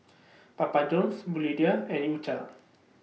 Papa Johns Bluedio and U Cha